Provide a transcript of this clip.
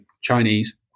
Chinese